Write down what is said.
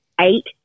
eight